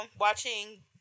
watching